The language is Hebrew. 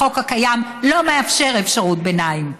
החוק הקיים לא מאפשר אפשרות ביניים.